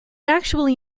actually